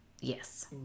Yes